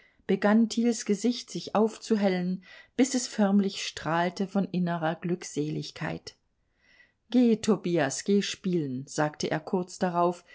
begann thiels gesicht sich aufzuhellen bis es förmlich strahlte von innerer glückseligkeit geh tobias geh spielen sagte er kurz darauf